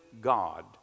God